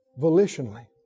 volitionally